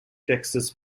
texas